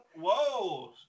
Whoa